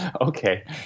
Okay